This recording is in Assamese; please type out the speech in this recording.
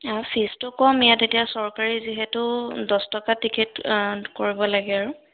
ফিজটো কম ইয়াত এতিয়া চৰকাৰী যিহেতু দহ টকা টিকেট কৰিব লাগে আৰু